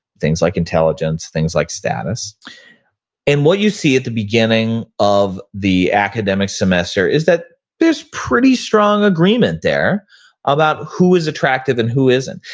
things like intelligence, things like status and what you see at the beginning of the academic semester is that there's pretty strong agreement there about who is attractive and who isn't.